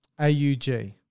AUG